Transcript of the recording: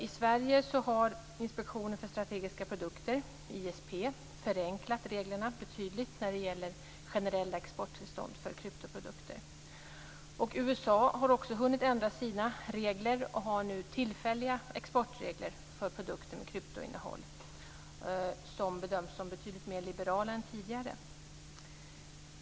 I Sverige har Inspektionen för strategiska produkter, ISP, förenklat reglerna betydligt när det gäller generella exporttillstånd för kryptoprodukter. USA har också hunnit ändra sina regler och har nu tillfälliga exportregler för produkter med kryptoinnehåll som bedöms som betydligt mer liberala än tidigare.